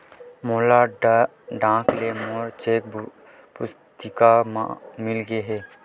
मोला डाक ले मोर चेक पुस्तिका मिल गे हे